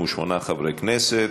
38 חברי כנסת.